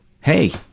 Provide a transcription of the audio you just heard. hey